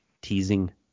Teasing